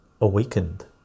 awakened